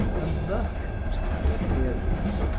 a mercantile appearance,